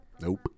Nope